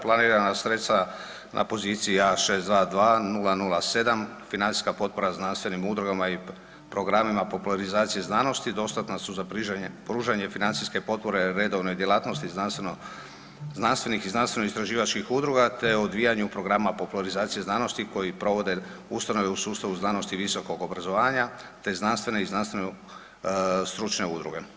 Planirana sredstva na poziciji A622007 financijska potpora znanstvenim udrugama i programima popularizacije znanosti dostatna su za pružanje financijske potpore redovne djelatnosti znanstveno, znanstvenih i znanstveno istraživačkih udruga te odvijanju programa popularizacije znanosti koji provode ustanove u sustavu znanosti i visokog obrazovanja te znanstvene i znanstveno stručne udruge.